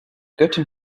göttin